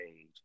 age